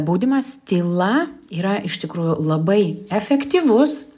baudimas tyla yra iš tikrųjų labai efektyvus